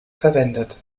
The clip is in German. verwendet